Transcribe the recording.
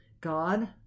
God